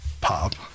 pop